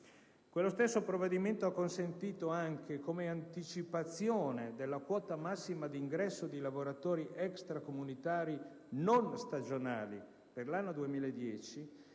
Lo stesso provvedimento ha consentito anche, come anticipazione della quota massima di ingresso di lavoratori extracomunitari non stagionali per l'anno 2010,